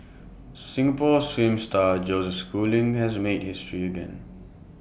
Singapore swim star Joseph schooling has made history again